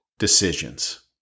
Decisions